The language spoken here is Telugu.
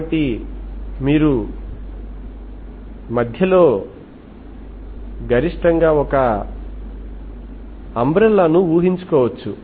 కాబట్టి మీరు మధ్యలో గరిష్టంగా ఒక అంబరెళ్ళా ను ఊహించుకోవచ్చు